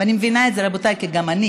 אני מבינה את זה, רבותיי, כי גם אני